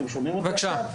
בבקשה.